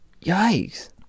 Yikes